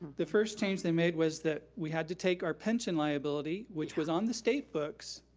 the first change they made was that we had to take our pension liability which was on the state books,